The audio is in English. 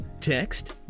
Text